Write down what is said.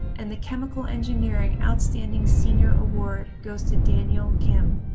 and the chemical engineering outstanding senior award goes to daniel kim.